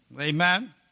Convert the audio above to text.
Amen